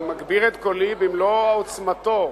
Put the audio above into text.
אני מגביר את קולי במלוא עוצמתו.